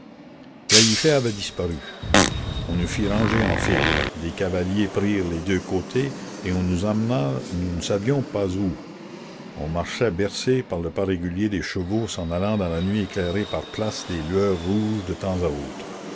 gallifet avait disparu on nous fit ranger en file des cavaliers prirent les deux côtés et on nous emmena nous ne savions pas la commune où on marchait bercés par le pas régulier des chevaux s'en allant dans la nuit éclairée par places des lueurs rouges de temps à autre